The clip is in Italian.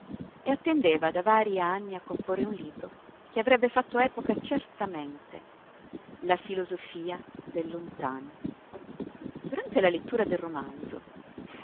e attendeva da varii anni a comporre un libro che avrebbe fatto epoca certamente la filosofia del lontano durante la lettura del romanzo